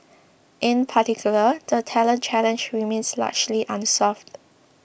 in particular the talent challenge remains largely unsolved